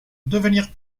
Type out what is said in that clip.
devenir